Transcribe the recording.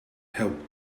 help